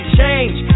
change